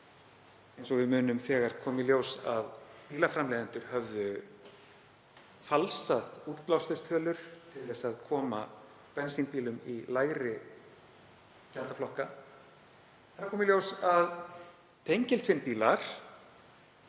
eins og við munum þegar kom í ljós að bílaframleiðendur höfðu falsað útblásturstölur til að koma bensínbílum í lægri gjaldaflokka. Það er að koma í ljós að tengiltvinnbílar